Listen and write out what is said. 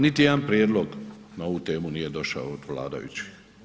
Niti jedan prijedlog na ovu temu nije došao od vladajućih.